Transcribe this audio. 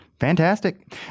Fantastic